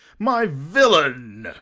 my villain!